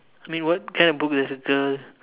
wait what kind of book does a girl